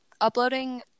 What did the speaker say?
uploading